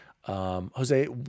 Jose